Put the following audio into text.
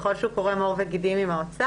ככל שהוא קורם עור וגידים עם האוצר,